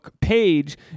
page